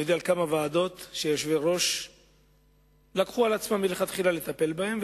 אני יודע על כמה ועדות שיושבי-ראש לקחו על עצמם מלכתחילה לטפל בהם,